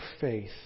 faith